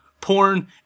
porn